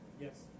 Yes